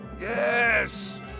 Yes